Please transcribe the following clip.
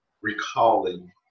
recalling